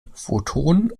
photon